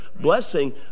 Blessing